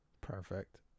Perfect